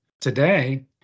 today